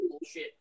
bullshit